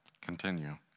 continue